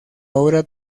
obra